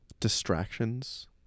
Distractions